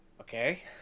okay